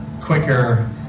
quicker